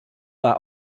war